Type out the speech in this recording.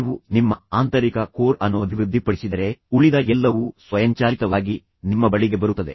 ನೀವು ನಿಮ್ಮ ಆಂತರಿಕ ಕೋರ್ ಅನ್ನುಅಭಿವೃದ್ಧಿಪಡಿಸಿದರೆ ಉಳಿದ ಎಲ್ಲವೂ ಸ್ವಯಂಚಾಲಿತವಾಗಿ ನಿಮ್ಮ ಬಳಿಗೆ ಬರುತ್ತದೆ